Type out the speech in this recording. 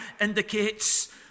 indicates